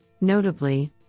Notably